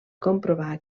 comprovar